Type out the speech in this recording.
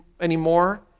anymore